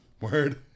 Word